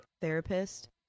therapist